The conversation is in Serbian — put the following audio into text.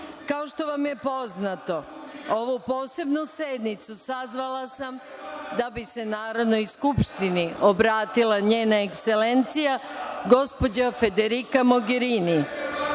što vam je poznato, ovu Posebnu sednicu sazvala sam da bi se Narodnoj skupštini obratila NJena Ekselencija, gospođa Federika Mogerini,